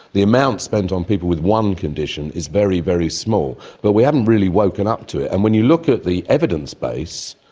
the amount spent on people with one condition is very, very small. but we haven't really woken up to it. and when you look at the evidence base,